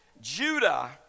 Judah